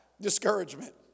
discouragement